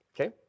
okay